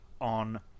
on